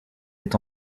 est